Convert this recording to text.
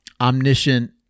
omniscient